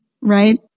Right